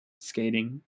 skating